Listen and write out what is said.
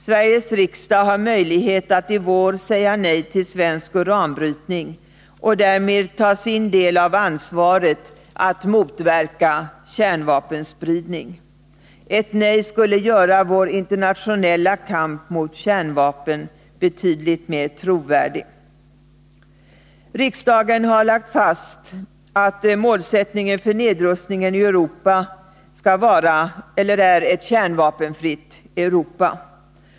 Sveriges riksdag har möjlighet att i vår säga nej till svensk uranbrytning och därmed ta sin del av ansvaret när det gäller att motverka kärnvapenspridning. Ett nej skulle göra vår internationella kamp mot kärnvapen betydligt trovärdigare. Riksdagen har lagt fast att målsättningen för nedrustningen i Europa är ett kärnvapenfritt Europa.